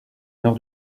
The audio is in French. nord